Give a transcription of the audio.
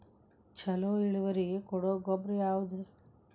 ಛಲೋ ಇಳುವರಿ ಕೊಡೊ ಗೊಬ್ಬರ ಯಾವ್ದ್?